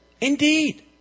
Indeed